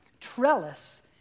trellis